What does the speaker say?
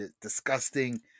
disgusting